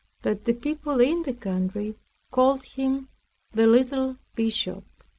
that the people in the country called him the little bishop.